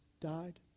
died